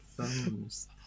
thumbs